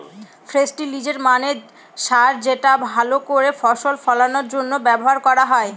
ফেস্টিলিজের মানে সার যেটা ভাল করে ফসল ফলানোর জন্য ব্যবহার করা হয়